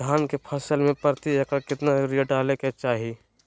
धान के फसल में प्रति एकड़ कितना यूरिया डाले के चाहि?